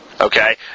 okay